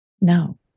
no